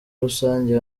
rusange